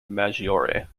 maggiore